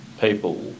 people